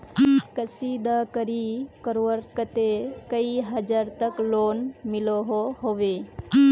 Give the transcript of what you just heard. कशीदाकारी करवार केते कई हजार तक लोन मिलोहो होबे?